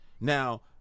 Now